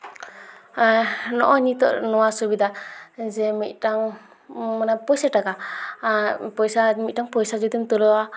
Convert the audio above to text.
ᱱᱚᱜᱼᱚᱸᱭ ᱱᱤᱛᱳᱜ ᱱᱚᱣᱟ ᱥᱩᱵᱤᱫᱟ ᱡᱮ ᱢᱤᱫᱴᱟᱝ ᱢᱟᱱᱮ ᱯᱩᱭᱥᱟᱹ ᱴᱟᱠᱟ ᱯᱚᱭᱥᱟ ᱢᱤᱫᱴᱟᱝ ᱯᱚᱭᱥᱟ ᱡᱩᱫᱤᱢ ᱛᱩᱞᱟᱹᱣᱟ